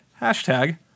hashtag